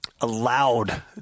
allowed